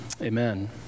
amen